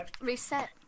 Reset